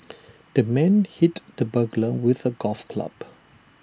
the man hit the burglar with A golf club